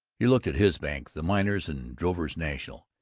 he looked at his bank, the miners' and drovers' national,